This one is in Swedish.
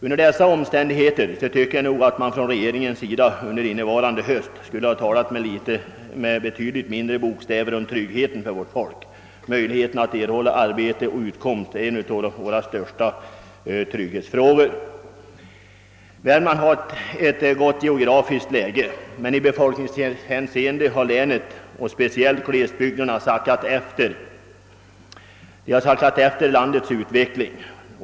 Under dessa omständigheter borde regeringen enligt min mening innevarande höst ha talat med betydligt mindre bokstäver om tryggheten för vårt folk. Möjligheten att erhålla arbete och utkomst är ju en av våra största trygghetsfrågor. Värmland har ett gott geografiskt läge, men i befolkningshänseende har länet — speciellt glesbygderna — sackat efter i jämförelse med det övriga landets utveckling.